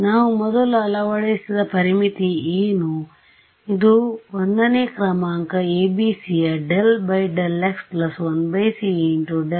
ನಾವು ಮೊದಲು ಅಳವಡಿಸಿದ ಪರಿಮಿತಿ ಏನು ಇದು 1 ನೇಕ್ರಮಾಂಕ ABC ಈಗ ∂∂ x 1 c